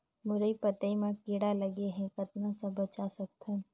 मुरई पतई म कीड़ा लगे ह कतना स बचा सकथन?